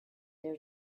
their